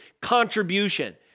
contribution